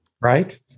Right